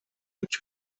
mit